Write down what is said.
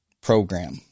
program